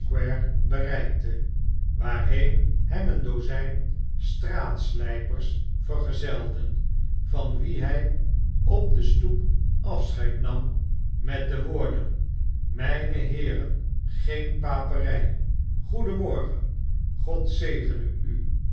bereikte waarheen hem een dozijn straatslijpers vergezelden van wie hij op de stoep afscheid nam met de woorden mijne heeren geen paperij goeden morgen god zegene u